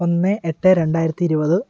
ഒന്ന് എട്ട് രണ്ടായിരത്തി ഇരുപത്